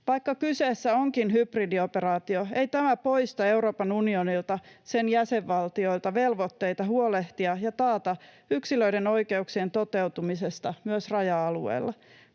Vaikka kyseessä onkin hybridioperaatio, ei tämä poista Euroopan unionilta, sen jäsenvaltioilta, velvoitteita huolehtia yksilöiden oikeuksien toteutumisesta ja taata ne myös raja-alueilla.